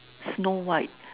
Snow White